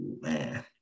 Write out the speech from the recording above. man